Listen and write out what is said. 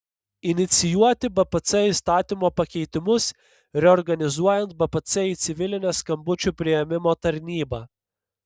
inicijuoti bpc įstatymo pakeitimus reorganizuojant bpc į civilinę skambučių priėmimo tarnybą